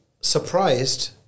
surprised